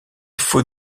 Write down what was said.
faut